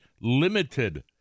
limited